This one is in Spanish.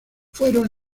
fueron